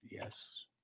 Yes